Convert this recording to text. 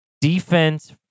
Defense